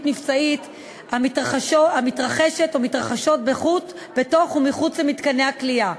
מבצעית המתרחשת או מתרחשות בתוך ומחוץ למתקני הכליאה.